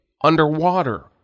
underwater